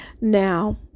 Now